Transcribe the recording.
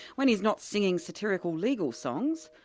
when he's not singing satirical legal songs,